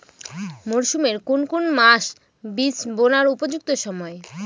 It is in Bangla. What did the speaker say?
মরসুমের কোন কোন মাস বীজ বোনার উপযুক্ত সময়?